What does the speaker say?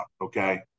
Okay